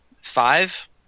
Five